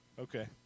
Okay